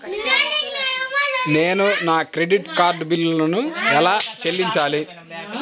నేను నా credit card బిల్లును ఎలా చెల్లించాలీ?